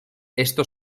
esto